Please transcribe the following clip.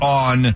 on